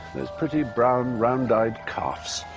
those pretty, brown, round-eyed calves.